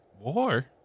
War